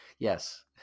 Yes